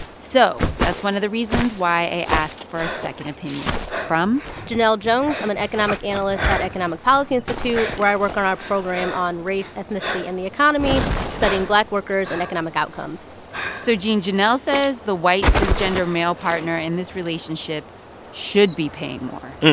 so that's one of the reasons why i asked for a second opinion from. janelle jones. i'm an economic analyst at economic policy institute, where i work on our program on race, ethnicity and the economy studying black workers and economic outcomes so gene, janelle says the white cisgender male partner in this relationship should be paying more.